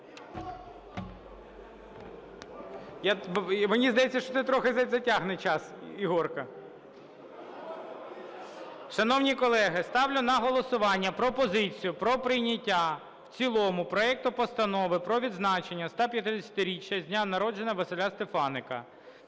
Мені здається, що це трохи затягне час "ігорка". Шановні колеги, ставлю на голосування пропозицію про прийняття в цілому проекту Постанови про відзначення 150-річчя з дня народження Василя Стефаника